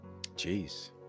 Jeez